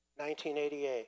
1988